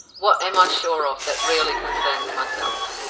what am i sure of that really concerns myself?